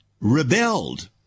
rebelled